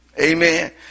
Amen